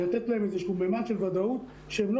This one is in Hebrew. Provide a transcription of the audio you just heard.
לתת להם איזשהו ממד של ודאות שהם לא